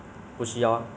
没有一个人都没有